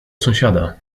sąsiada